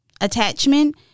attachment